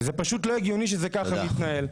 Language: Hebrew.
זה לא הגיוני שכך זה מתנהל.